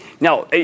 Now